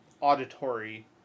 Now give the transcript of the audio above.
auditory